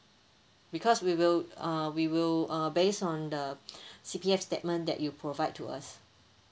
because we will uh we will uh based on the C_P_F statement that you provide to us